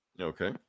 okay